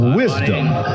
wisdom